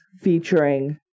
featuring